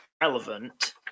relevant